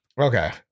Okay